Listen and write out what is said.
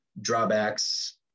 drawbacks